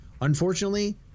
Unfortunately